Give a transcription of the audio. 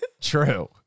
true